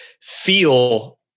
feel